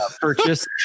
purchase